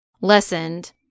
lessened